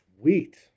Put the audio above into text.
sweet